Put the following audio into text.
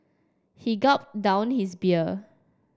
he gulped down his beer